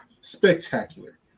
spectacular